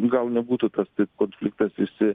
gal nebūtų tas taip konfliktas išsi